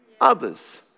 others